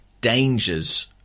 dangers